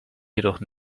jedoch